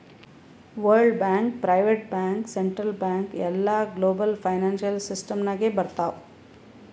world bank, private bank, central bank ಎಲ್ಲಾ global financial system ನಾಗ್ ಬರ್ತಾವ್